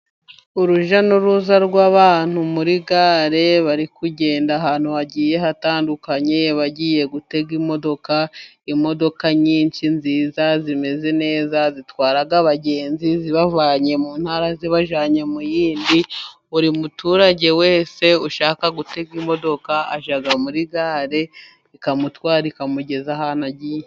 Urujya n'uruza rw'abantu muri gare bari kugenda ahantu hagiye hatandukanye ,bagiye gutega imodoka . Imodoka nyinshi nziza, zimeze neza, zitwaraga abagenzi zibavanye mu ntara zibajyanye mu yindi . Buri muturage wese ushaka gutega imodoka ajya muri gare, ikamutwara, ikamugeza ahantu agiye.